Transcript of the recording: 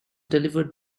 delivered